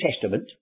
Testament